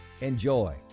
Enjoy